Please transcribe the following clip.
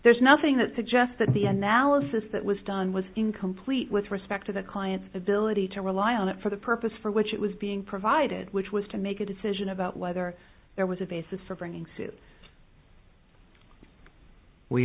there's nothing that suggests that the analysis that was done was incomplete with respect to the client's ability to rely on it for the purpose for which it was being provided which was to make a decision about whether there was a basis for bringing suit we